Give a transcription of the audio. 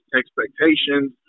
expectations